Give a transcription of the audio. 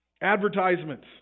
Advertisements